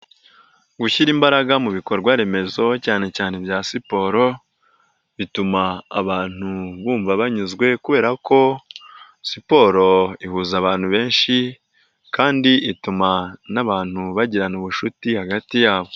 Gushyira imbaraga mu bikorwa remezo cyane cyane ibya siporo, bituma abantu bumva banyuzwe kubera ko siporo ihuza abantu benshi kandi ituma n'abantu bagirana ubucuti hagati yabo.